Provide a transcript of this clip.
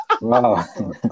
Wow